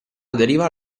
aderiva